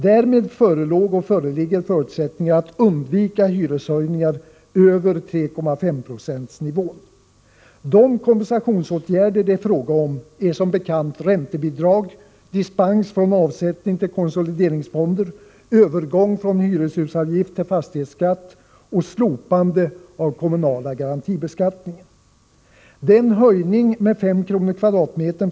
Därmed förelåg och föreligger förutsättningar att undvika hyreshöjningar över 3,5-procentsnivån. De ”kompensationsåtgärder” det är fråga om är som bekant räntebidrag, dispens från avsättning till konsoliseringsfonder, övergång från hyreshusavgift till fastighetsskatt och slopande av den kommunala garantibeskattningen. Den höjning av hyrorna med 5 kr./m?